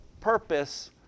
purpose